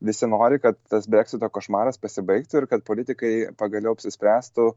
visi nori kad tas breksito košmaras pasibaigtų ir kad politikai pagaliau apsispręstų